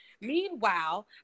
Meanwhile